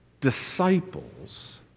disciples